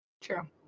True